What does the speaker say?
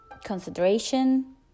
consideration